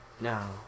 no